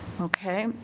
Okay